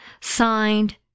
Signed